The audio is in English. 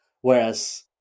whereas